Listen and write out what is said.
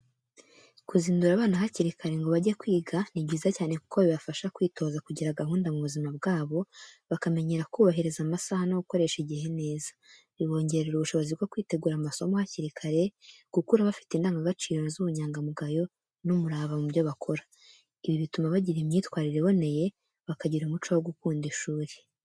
Kuzindura abana hakiri kare ngo bajye kwiga ni byiza cyane kuko bibafasha kwitoza kugira gahunda mu buzima bwabo, bakamenyera kubahiriza amasaha no gukoresha neza igihe. Bibongerera ubushobozi bwo kwitegura amasomo hakiri kare, gukura bafite indangagaciro z’ubunyangamugayo n’umurava mu byo bakora. Ibi bituma bagira imyitwarire iboneye, bakagira umuco wo gukunda ishuri.